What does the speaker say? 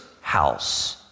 house